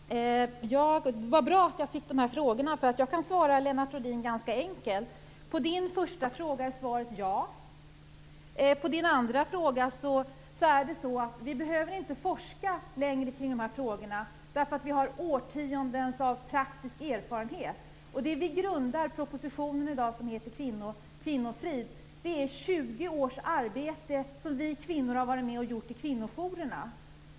Fru talman! Det var bra att jag fick de här frågorna, för jag kan svara på dem ganska enkelt. På första frågan är svaret ja. Svaret på den andra frågan är att vi behöver inte längre forska kring de här frågorna, därför att vi har årtionden av praktisk erfarenhet. Det som vi i dag grundar propositionen, som heter Kvinnofrid, på är 20 års arbete som vi kvinnor har varit med och utfört i kvinnojourerna.